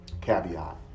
Caveat